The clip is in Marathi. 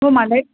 हो मलाही